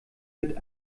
mit